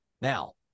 Now